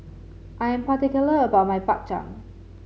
I am particular about my Bak Chang